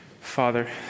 Father